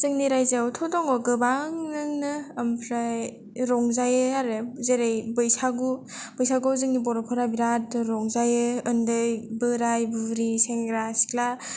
जोंनि रायजो आवथ दं गोबांनो आमफ्राय रंजायो आरो जेरै बैसागु बैसागु जोंनि बर'फोरा बेराद रंजायो ओन्दै बोराय बुरि सेंग्रा सिख्ला